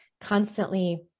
constantly